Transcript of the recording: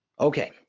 Okay